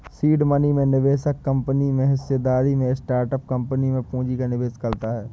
seed money में निवेशक company में हिस्सेदारी में स्टार्टअप कंपनी में पूंजी का निवेश करता है